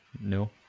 no